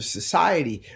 society